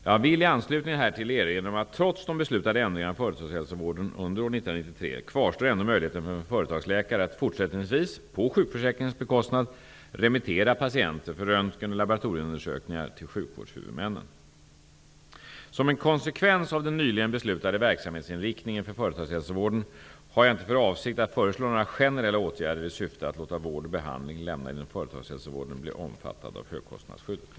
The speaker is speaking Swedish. Jag vill i anslutning härtill erinra om att trots de beslutade ändringarna om företagshälsovården under år 1993 kvarstår ändå möjligheten för en företagsläkare att fortsättningsvis på sjukförsäkringens bekostnad remittera patienter för röntgen och laboratorieundersökningar till sjukvårdshuvudmännen. Som en konsekvens av den nyligen beslutade verksamhetsinriktningen för företagshälsovården, har jag inte för avsikt att föreslå några generella åtgärder i syfte att låta vård och behandling lämnad inom företgshälsovården bli omfattad av högkostnadsskyddet.